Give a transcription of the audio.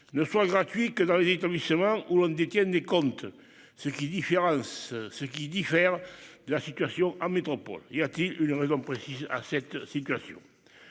ne soit gratuit que dans les établissements où l'on détient des comptes, ce qui diffère de la situation en métropole. Y a-t-il une raison précise à cette situation ?